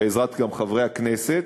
גם בעזרת חברי הכנסת,